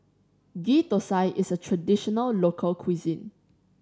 Ghee Thosai is a traditional local cuisine